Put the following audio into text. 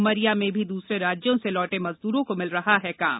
उमरिया में भी दूसरे राज्यों से लौटे मजदूरों को मिल रहा है काम